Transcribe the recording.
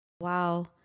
Wow